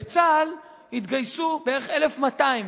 לצה"ל התגייסו בערך 1,200,